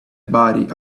body